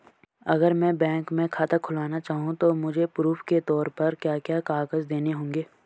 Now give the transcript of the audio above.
अगर मैं बैंक में खाता खुलाना चाहूं तो मुझे प्रूफ़ के तौर पर क्या क्या कागज़ देने होंगे?